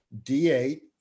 D8